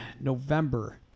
November